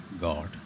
God